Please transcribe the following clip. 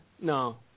no